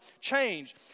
change